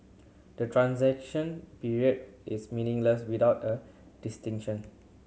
the transition period is meaningless without a distinction